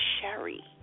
sherry